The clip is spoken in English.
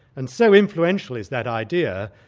and so influential is that idea,